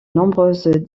nombreuses